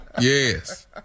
Yes